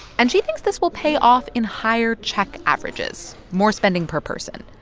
and she thinks this will pay off in higher check averages, more spending per person.